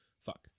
fuck